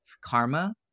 karma